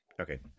okay